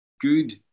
good